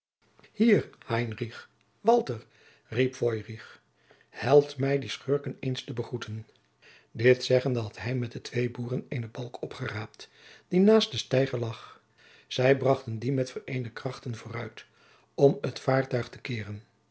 mij die schurken eens begroetten dit zeggende had hij met de twee boeren eene balk opgeraapt die naast den steiger lag zij brachten die met vereende krachten vooruit om het vaartuig te keeren